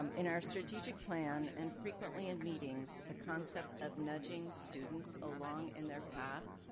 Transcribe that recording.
um in our strategic plan and frequently in meetings, the concept of nudging students along in their path